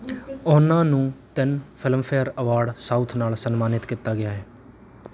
ਉਹਨਾਂ ਨੂੰ ਤਿੰਨ ਫਿਲਮਫੇਅਰ ਅਵਾਰਡ ਸਾਊਥ ਨਾਲ ਸਨਮਾਨਿਤ ਕੀਤਾ ਗਿਆ ਹੈ